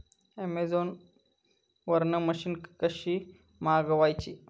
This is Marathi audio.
अमेझोन वरन मशीन कशी मागवची?